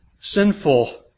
sinful